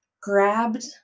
grabbed